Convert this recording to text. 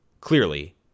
Clearly